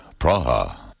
Praha